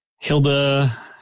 Hilda